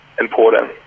important